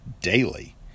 daily